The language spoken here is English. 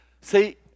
See